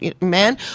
man